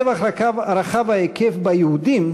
הטבח רחב ההיקף ביהודים,